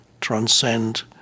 transcend